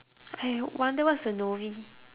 I wonder what is a novice